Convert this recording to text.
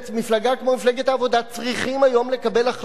צריכות היום לקבל החלטה אם הן נמצאות